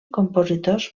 compositors